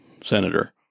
senator